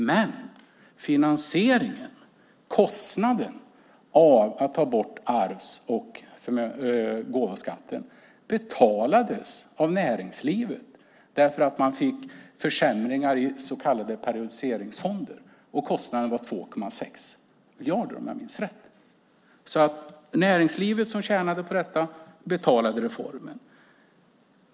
Men finansiering, kostnaden för att ta bort arvs och gåvoskatten, betalades av näringslivet genom att man fick försämringar i så kallade periodiseringsfonder. Kostnaden var 2,6 miljarder, om jag minns rätt. Näringslivet som tjänade på detta betalade reformen.